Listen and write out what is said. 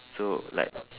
so like